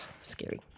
scary